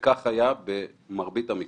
כך היה במרבית המקרים.